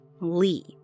Lee